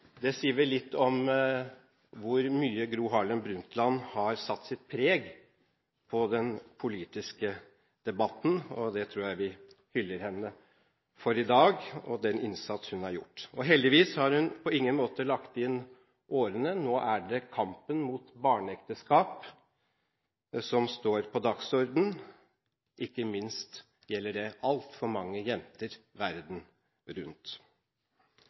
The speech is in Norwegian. Det sier vel litt om hvor mye Gro Harlem Brundtland har satt sitt preg på den politiske debatten, og vi hyller henne i dag for den innsats hun har gjort. Heldigvis har hun på ingen måte lagt inn årene. Nå er det kampen mot barneekteskap som står på dagsordenen. Ikke minst gjelder det altfor mange jenter verden rundt.